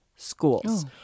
schools